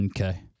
okay